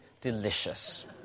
delicious